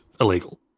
illegal